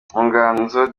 nganzo